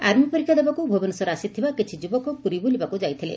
army ପରୀକ୍ଷା ଦେବାକୁ ଭୁବନେଶ୍ୱର ଆସିଥିବା କିଛି ଯୁବକ ପୁରୀ ବୁଲିବାକୁ ଯାଇଥିଲେ